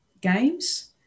games